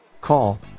call